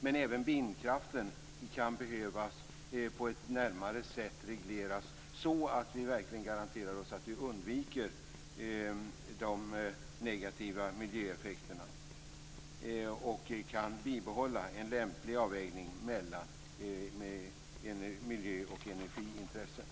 Men även vindkraften kan behöva regleras på ett närmare sätt, så att vi verkligen garanterar att vi undviker de negativa miljöeffekterna och kan behålla en lämplig avvägning mellan miljö och energiintressen.